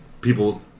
people